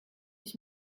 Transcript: ich